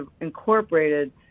incorporated